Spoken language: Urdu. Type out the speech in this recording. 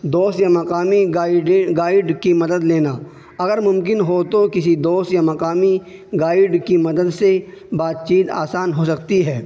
دوست یا مقامی گائیڈ کی مدد لینا اگر ممکن ہو تو کسی دوست یا مقامی گائیڈ کی مدد سے بات چیت آسان ہو سکتی ہے